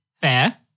Fair